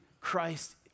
Christ